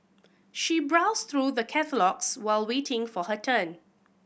she browsed through the catalogues while waiting for her turn